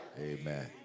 amen